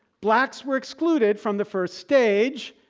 blacks were excluded from the first stage.